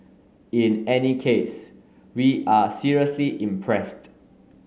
in any case we are seriously impressed